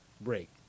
break